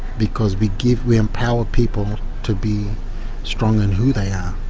because we give. we empower people to be strong and who they are.